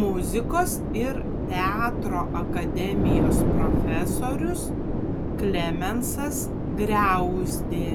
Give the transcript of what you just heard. muzikos ir teatro akademijos profesorius klemensas griauzdė